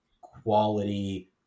quality